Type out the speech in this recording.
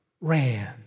ran